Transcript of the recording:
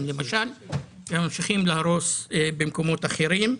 למשל וממשיכים להרוס במקומות אחרים.